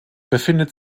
befindet